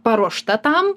paruošta tam